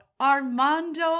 armando